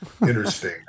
interesting